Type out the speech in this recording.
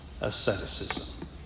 asceticism